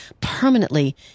permanently